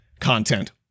content